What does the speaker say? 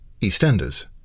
EastEnders